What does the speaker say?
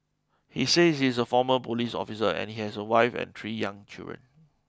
he said he's a former police officer and he has a wife and three young children